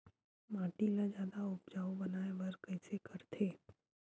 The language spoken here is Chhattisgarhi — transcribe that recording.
माटी ला जादा उपजाऊ बनाय बर कइसे करथे?